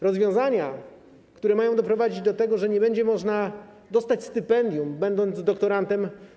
Rozwiązania, które mają doprowadzić do tego, że nie będzie można dostać stypendium, będąc doktorantem.